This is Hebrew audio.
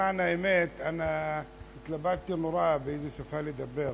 למען האמת התלבטתי באיזו שפה לדבר,